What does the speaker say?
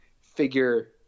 figure –